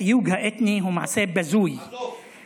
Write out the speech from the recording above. התיוג האתני הוא מעשה בזוי, עזוב.